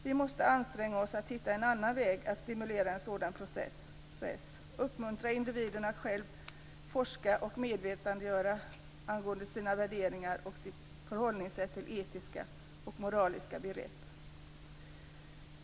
Vi måste anstränga oss att hitta en annan väg att stimulera en sådan process, uppmuntra individen att själv utforska och medvetandegöra sina värderingar och sitt förhållningssätt till etiska och moraliska begrepp.